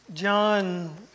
John